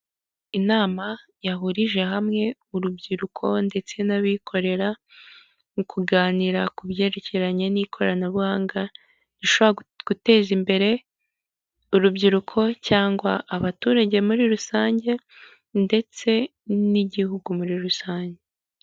Inama yahurije hamwe urubyiruko ndetse n'abikorera bari kuganira ku byerekeranye n'ikoranabuhanga rishobora guteza imbere urubyiruko cyangwa abaturage muri rusange ndetse n'igihugu muri rusange.